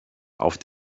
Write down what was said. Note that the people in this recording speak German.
auf